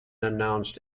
announced